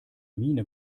miene